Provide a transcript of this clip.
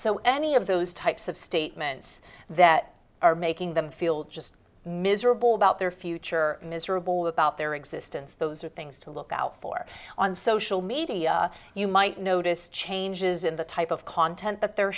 so any of those types of statements that are making them feel just miserable about their future miserable about their existence those are things to look out for on social media you might notice changes in the type of content that they're